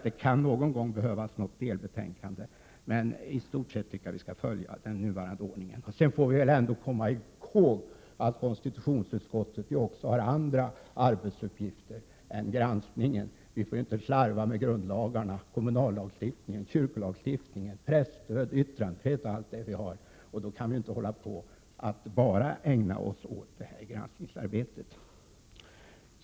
Det kan någon gång behövas ett delbetänkande, men i stort sett tycker jag att vi skall följa den nuvarande ordningen. Vi måste dock komma ihåg att konstitutionsutskottet även har andra uppgifter än granskningen. Vi får inte slarva med grundlagarna, kommunallagstiftningen, kyrkolagstiftningen, presstödet, yttrandefriheten osv. Vi kan inte ägna oss bara åt granskningsarbetet.